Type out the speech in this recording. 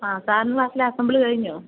ആ സാറിന്റെ ക്ലാസിലെ അസംബ്ലി കഴിഞ്ഞോ